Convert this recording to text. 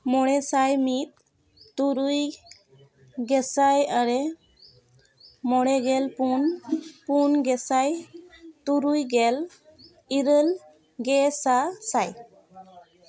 ᱢᱚᱬᱮᱥᱟᱭ ᱢᱤᱫ ᱛᱩᱨᱭ ᱜᱮᱥᱟᱭ ᱟᱨᱮ ᱢᱚᱬᱮᱜᱮᱞ ᱯᱩᱱ ᱯᱩᱱ ᱜᱮᱥᱟᱭ ᱛᱩᱨᱩᱭ ᱜᱮᱞ ᱤᱨᱟᱹᱞ ᱥᱮᱥᱟᱭ ᱥᱟᱭ